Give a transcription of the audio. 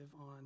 on